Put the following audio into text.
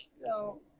No